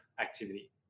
activity